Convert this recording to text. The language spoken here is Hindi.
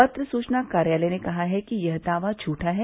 पत्र सूचना कार्यालय ने कहा है कि यह दावा झूठा है